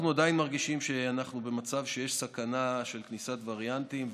אנחנו עדיין מרגישים שאנחנו במצב שיש סכנה של כניסת וריאנטים,